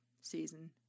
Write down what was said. season